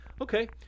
okay